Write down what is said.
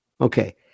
Okay